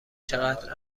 چقدر